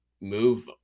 move